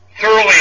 thoroughly